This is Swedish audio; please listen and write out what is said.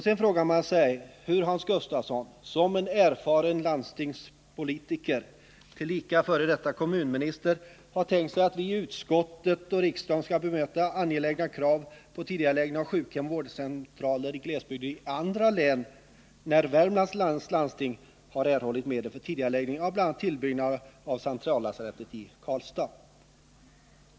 Sedan frågar man sig hur Hans Gustafsson som en erfaren landstingspolitiker, tillika f.d. kommunminister, har tänkt sig att vi i utskottet och kammaren skall bemöta angelägna krav på tidigareläggning av sjukhem och vårdcentraler i glesbygder i andra län, när Värmlands läns landsting har erhållit medel för tidigareläggning av bl.a. tillbyggnad av centrallasarettet i Karlstad.